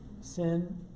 sin